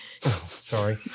Sorry